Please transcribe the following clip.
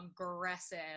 aggressive